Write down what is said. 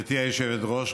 גברתי היושבת-ראש,